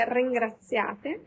ringraziate